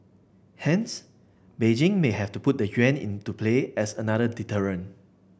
hence Beijing may have put the yuan into play as another deterrent